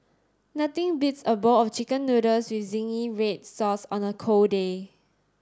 nothing beats a bowl of chicken noodles with zingy red sauce on a cold day